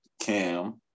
Cam